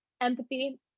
empathy